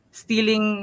stealing